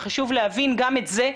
וחשוב להבין גם את זה.